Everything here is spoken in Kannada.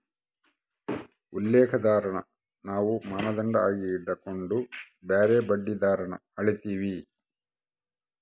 ಉಲ್ಲೇಖ ದರಾನ ನಾವು ಮಾನದಂಡ ಆಗಿ ಇಟಗಂಡು ಬ್ಯಾರೆ ಬಡ್ಡಿ ದರಾನ ಅಳೀತೀವಿ